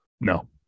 No